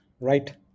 right